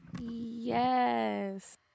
Yes